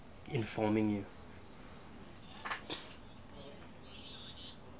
informing you